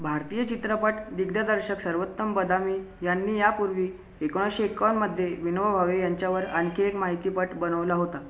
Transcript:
भारतीय चित्रपट दिग्दर्शक सर्वोत्तम बदामी यांनी यापूर्वी एकोणीसशे एकावन्नमध्ये विनोबा भावे यांच्यावर आणखी एक माहितीपट बनवला होता